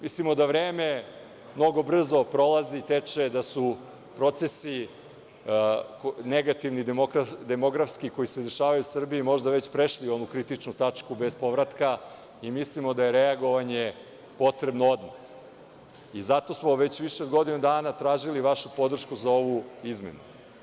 Mislimo da vreme mnogo brzo prolazi i teče, da su procesi negativnih demografski koji se dešavaju u Srbiji možda već prešli onu kritičnu tačku bez povratka i mislimo da je reagovanje potrebno odmah i zato smo već više od godinu dana tražili vašu podršku za ovu izmenu.